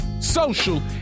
social